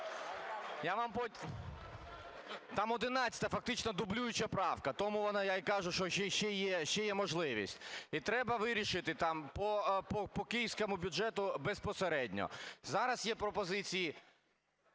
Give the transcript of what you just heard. Я вам потім… Там 11-а, фактично дублююча правка, тому я й кажу, що ще є можливість. І треба вирішити там по київському бюджету безпосередньо. Зараз є пропозиції